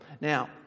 Now